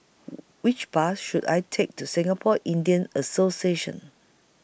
Which Bus should I Take to Singapore Indian Association